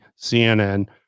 CNN